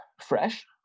fresh